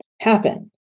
happen